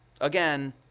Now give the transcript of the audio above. Again